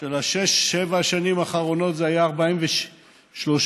של שש-שבע השנים האחרונות היה 43% או